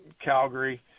Calgary